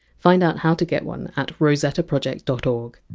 find out how to get one at rosettaproject dot org.